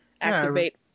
activate